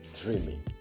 dreaming